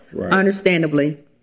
understandably